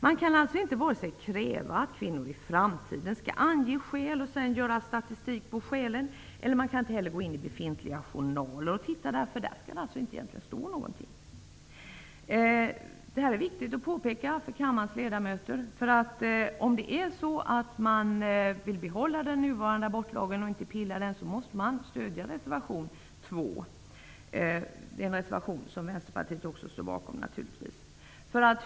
Man kan alltså inte kräva att kvinnor i framtiden skall ange skäl och sedan göra statistik på skälen. Man kan inte heller gå in i befintliga journaler och titta där, för där skall det egentligen inte stå någonting. Det här är viktigt att påpeka för kammarens ledamöter. Om man vill behålla den nuvarande abortlagen och inte pilla på den, måste man stödja reservation 2, en reservation som Vänsterpartiet också står bakom naturligtvis.